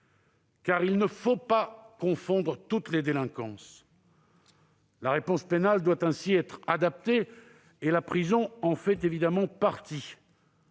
car il ne faut pas confondre toutes les délinquances. La réponse pénale doit ainsi être adaptée, et la prison en fait évidemment partie,